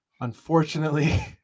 unfortunately